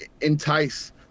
entice